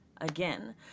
again